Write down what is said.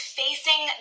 facing